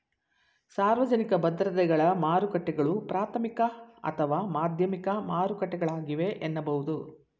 ಸಾರ್ವಜನಿಕ ಭದ್ರತೆಗಳ ಮಾರುಕಟ್ಟೆಗಳು ಪ್ರಾಥಮಿಕ ಅಥವಾ ಮಾಧ್ಯಮಿಕ ಮಾರುಕಟ್ಟೆಗಳಾಗಿವೆ ಎನ್ನಬಹುದು